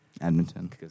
Edmonton